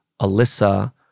Alyssa